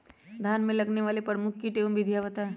धान में लगने वाले प्रमुख कीट एवं विधियां बताएं?